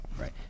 right